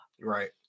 Right